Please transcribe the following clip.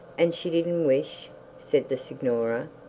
and she didn't wish said the signora.